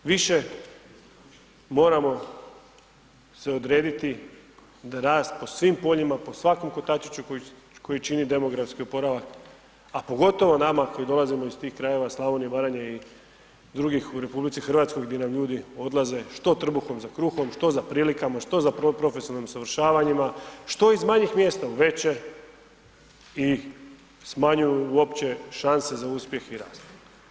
Više moramo se odrediti da rast po svim poljima, po svakom kotačiću koji čini demografski oporavak, a pogotovo nama koji dolazimo iz tih krajeva Slavonije, Baranje i drugih u RH gdje nam ljudi odlaze što trbuhom za kruhom, što za prilikama, što za profesionalnim usavršavanjima, što iz manjih mjesta u veće i smanjuju uopće šanse za uspjeh i rast.